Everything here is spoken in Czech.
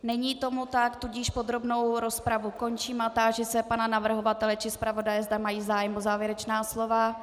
Není tomu tak, tudíž podrobnou rozpravu končím a táži se pana navrhovatele či zpravodaje, zda mají zájem o závěrečná slova.